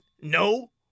No